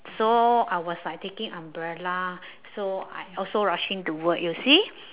so I was like taking umbrella so I also rushing to work you see